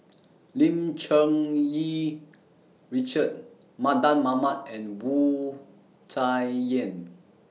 Lim Cherng Yih Richard Mardan Mamat and Wu Tsai Yen